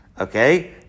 Okay